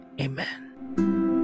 amen